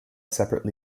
separate